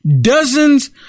dozens